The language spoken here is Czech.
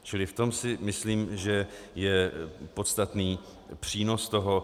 Čili v tom, si myslím, je podstatný přínos toho.